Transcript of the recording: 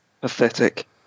pathetic